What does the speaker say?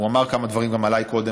הוא אמר כמה דברים גם עליי קודם,